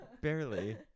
barely